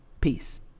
Peace